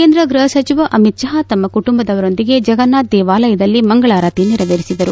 ಕೇಂದ್ರ ಗೃಹ ಸಚಿವ ಅಮಿತ್ ಶಾ ತಮ್ಮ ಕುಟುಂಬದವರೊಂದಿಗೆ ಜಗನ್ನಾಥ ದೇವಾಲಯದಲ್ಲಿ ಮಂಗಳಾರತಿ ನೆರವೇರಿಸಿದರು